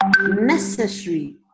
necessary